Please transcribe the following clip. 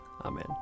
Amen